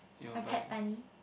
my pet bunny